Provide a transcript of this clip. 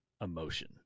emotion